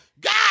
God